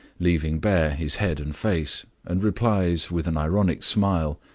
leaving bare his head and face, and replies, with an ironic smile,